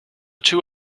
two